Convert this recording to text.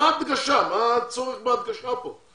שהוא ידע היכן הוא עומד.